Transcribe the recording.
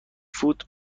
فروت